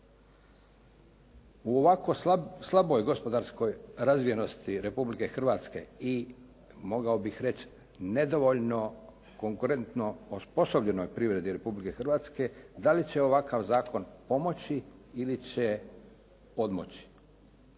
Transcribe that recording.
U ovako slaboj gospodarskoj razvijenosti Republike Hrvatske i mogao bih reći nedovoljno konkurentno osposobljenoj privredi Republike Hrvatske da li će ovakav zakon pomoći ili će odmoći?